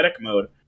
mode